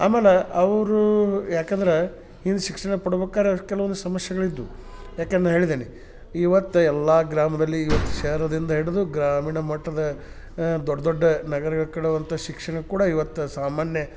ಆಮೇಲೆ ಅವ್ರು ಯಾಕಂದ್ರೆ ಹಿಂದೆ ಶಿಕ್ಷಣ ಪಡ್ಬಕಾರೆ ಅದ್ಕೆ ಕೆಲವೊಂದು ಸಮಸ್ಯೆಗಳಿದ್ವು ಯಾಕಂದ್ರೆ ಹೇಳಿದ್ದೇನೆ ಇವತ್ತು ಎಲ್ಲ ಗ್ರಾಮದಲ್ಲಿ ಶೆಹೆರದಿಂದ ಹಿಡಿದು ಗ್ರಾಮೀಣ ಮಟ್ಟದ ದೊಡ್ಡ ದೊಡ್ಡ ನಗರಗಳು ಕೊಡೋ ಅಂಥ ಶಿಕ್ಷಣ ಕೂಡ ಇವತ್ತು ಸಾಮಾನ್ಯ